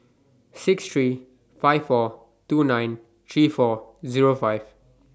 six three five four two nine three four Zero five